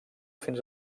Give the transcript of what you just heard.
fins